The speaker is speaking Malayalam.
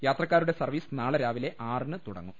യാത്രക്കാരുടെ സർവീസ് നാളെ രാവിലെ ആറിന് തുടങ്ങും